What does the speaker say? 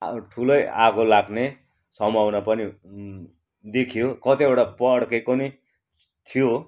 ठुलै आगो लाग्ने सम्भावना पनि देखियो कतिवटा पड्केको नि थियो